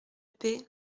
pey